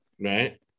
right